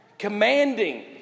commanding